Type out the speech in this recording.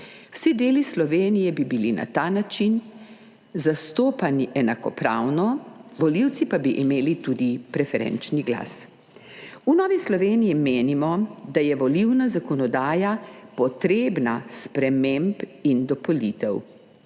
Vsi deli Slovenije bi bili na ta način zastopani enakopravno, volivci pa bi imeli tudi preferenčni glas. V Novi Sloveniji menimo, da je volilna zakonodaja potrebna sprememb in dopolnitev.